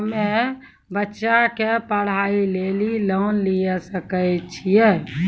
हम्मे बच्चा के पढ़ाई लेली लोन लिये सकय छियै?